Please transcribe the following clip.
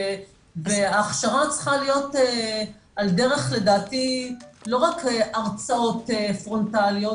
והכשרה צריכה להיות על דרך לדעתי לא רק הרצאות פרונטליות,